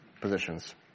positions